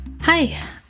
Hi